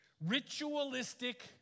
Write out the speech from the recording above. ritualistic